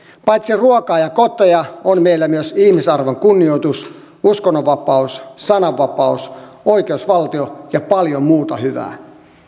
paitsi ruokaa ja koteja on meillä myös ihmisarvon kunnioitus uskonnonvapaus sananvapaus oikeusvaltio ja paljon muuta hyvää